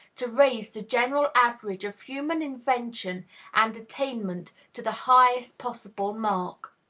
to raise the general average of human invention and attainment to the highest possible mark.